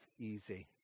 easy